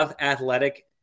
athletic